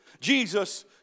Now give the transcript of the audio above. Jesus